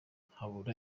habura